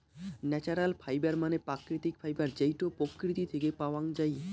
natural fibre মানে প্রাকৃতিক fibre যেইটো প্রকৃতি থেকে পাওয়াঙ যাই